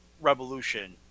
Revolution